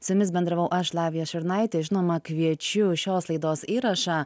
su jumis bendravau aš lavija šurnaitė žinoma kviečiu šios laidos įrašą